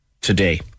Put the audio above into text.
today